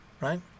right